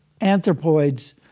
anthropoids